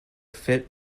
fit